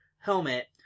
helmet